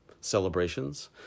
celebrations